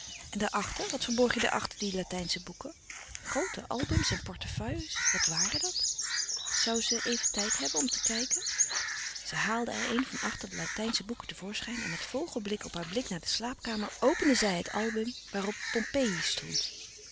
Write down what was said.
en daar achter wat verborg hij daar achter die latijnsche boeken groote albums en portefeuilles wat waren dat zoû ze even tijd hebben om te kijken zij haalde er een van achter de latijnsche boeken te voorschijn en met vogelblik op blik naar de slaapkamer opende zij het album waarop pompeï stond